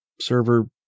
server